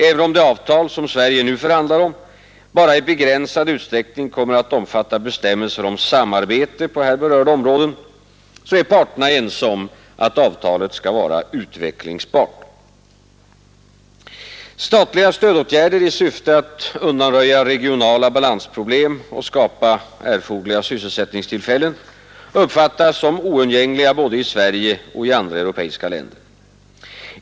Även om det avtal, som Sverige nu förhandlar om, endast i begränsad utsträckning kommer att omfatta bestämmelser om samarbete på här berörda områden, är parterna ense om att avtalet skall vara utvecklingsbart. Statliga stödåtgärder i syfte att undanröja regionala balansproblem och skapa erforderliga sysselsättningstillfällen uppfattas som oundgängliga både i Sverige och i andra europeiska länder.